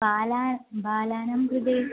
बालानां बालानां कृते